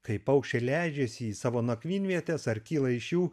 kai paukščiai leidžiasi į savo nakvynvietes ar kyla iš jų